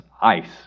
ice